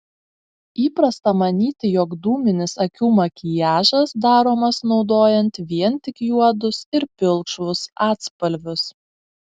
įprasta manyti jog dūminis akių makiažas daromas naudojant vien tik juodus ir pilkšvus atspalvius